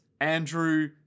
Andrew